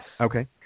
Okay